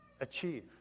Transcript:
achieve